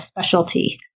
specialty